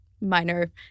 minor